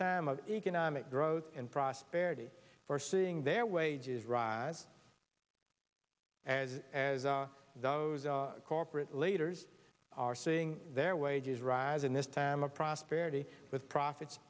time of economic growth and prosperity for seeing their wages rise as as those corporate leaders are seeing their wages rise in this time of prosperity with profits